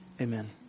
Amen